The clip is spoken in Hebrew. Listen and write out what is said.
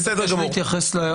אפשר להתייחס?